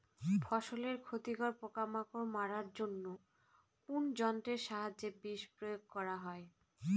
ফসলের ক্ষতিকর পোকামাকড় মারার জন্য কোন যন্ত্রের সাহায্যে বিষ প্রয়োগ করা হয়?